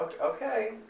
Okay